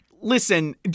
listen